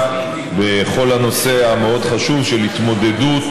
בכל הנושא המאוד-חשוב של ההתמודדות,